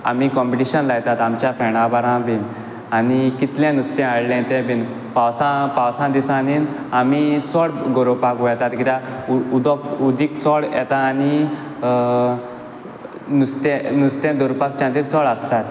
आमी कंपिटेशन लायतात आमच्या फ्रेंडां बाराबर आनी कितलें नुस्तें हाडलें तें बीन पावसा पावसा दिसांनी आमी चड गोरोपाक वेतात किद्या उदक उदीक थिंगां चड येता आनी नुस्तें नुस्तें धरपाक चांसीस चड आसतात